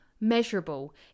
measurable